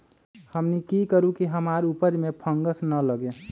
हमनी की करू की हमार उपज में फंगस ना लगे?